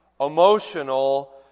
emotional